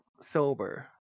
sober